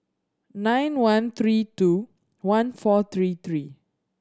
nine one three two one four three three